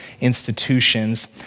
institutions